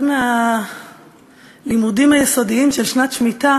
אחד מהלימודים היסודיים של שנת שמיטה